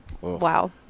wow